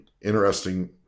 interesting